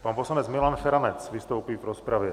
Pan poslanec Milan Feranec vystoupí v rozpravě.